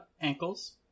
ankles